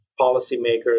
policymakers